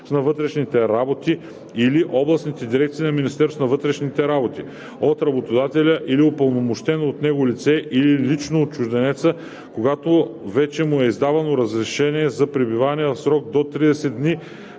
на вътрешните работи или областните дирекции на Министерството на вътрешните работи от работодателя или упълномощено от него лице или лично от чужденеца, когато вече му е издавано разрешение за пребиваване в срок до 30 дни